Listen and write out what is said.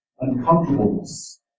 uncomfortableness